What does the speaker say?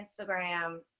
Instagram